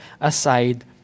aside